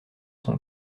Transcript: son